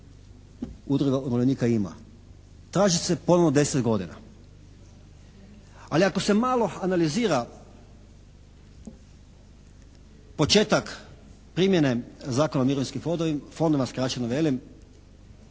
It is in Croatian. udruga umirovljenika ima. Traži se ponovo 10 godina, ali ako se malo analizira početak primjene Zakona o mirovinskim fondovima skraćeno velim